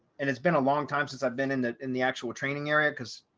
and it's been a long time since i've been in the in the actual training area. because,